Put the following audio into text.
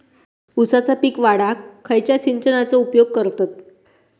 ऊसाचा पीक वाढाक खयच्या सिंचनाचो उपयोग करतत?